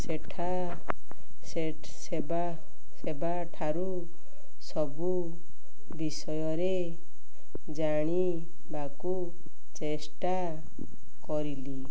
ସେଠା ସେବାଠାରୁ ସବୁ ବିଷୟରେ ଜାଣିବାକୁ ଚେଷ୍ଟା କରିଲି